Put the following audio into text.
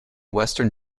western